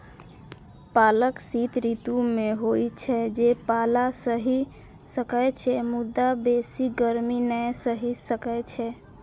पालक शीत ऋतु मे होइ छै, जे पाला सहि सकै छै, मुदा बेसी गर्मी नै सहि सकै छै